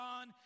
on